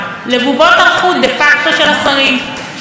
שלא יפריעו להם עם כל הדברים המעצבנים האלה,